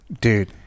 dude